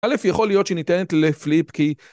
א' יכול להיות שניתנת לפליפ כי